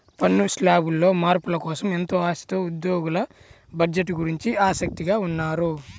పన్ను శ్లాబుల్లో మార్పుల కోసం ఎంతో ఆశతో ఉద్యోగులు బడ్జెట్ గురించి ఆసక్తిగా ఉన్నారు